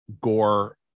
Gore